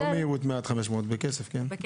באווירה האינטימית שיש פה,